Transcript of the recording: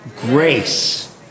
grace